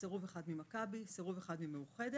סירוב אחד ממכבי, סירוב אחד ממאוחדת.